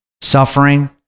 suffering